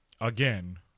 again